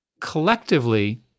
Collectively